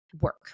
work